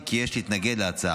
היא כי יש להתנגד להצעה.